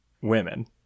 women